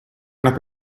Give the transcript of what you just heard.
una